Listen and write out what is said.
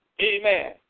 Amen